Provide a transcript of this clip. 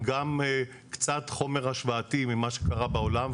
הכנו קצת חומר השוואתי ממה שקרה בעולם,